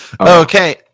okay